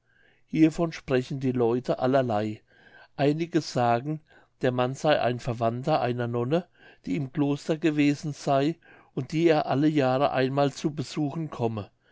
hiervon sprechen die leute allerlei einige sagen der mann sey ein verwandter einer nonne die im kloster gewesen sey und die er alle jahre einmal zu besuchen komme